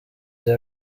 the